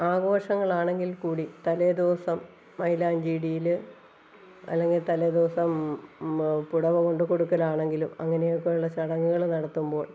ആഘോഷങ്ങളാണെങ്കില്ക്കൂടി തലേദിവസം മൈലാഞ്ചി ഇടീല് അല്ലെങ്കില് തലേദിവസം പുടവ കൊണ്ടക്കൊടുക്കലാണെങ്കിലും അങ്ങനെ ഒക്കെയുള്ള ചടങ്ങുകള് നടത്തുമ്പോള്